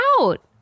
out